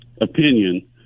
opinion